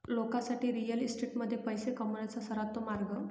लोकांसाठी रिअल इस्टेटमध्ये पैसे कमवण्याचा सर्वोत्तम मार्ग